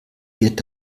wird